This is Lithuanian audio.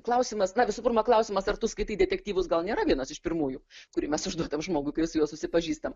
klausimas na visų pirma klausimas ar tu skaitai detektyvus gal nėra vienas iš pirmųjų kurį mes užduodam žmogui kai su juo susipažįstam